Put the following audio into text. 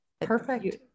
perfect